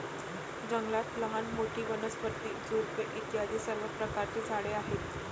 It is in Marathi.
जंगलात लहान मोठी, वनस्पती, झुडपे इत्यादी सर्व प्रकारची झाडे आहेत